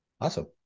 Awesome